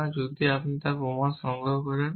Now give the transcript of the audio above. তবে আপনি যদি এখন প্রমাণ সংগ্রহ করেন